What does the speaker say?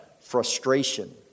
frustration